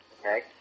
okay